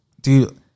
Dude